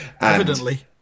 evidently